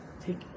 take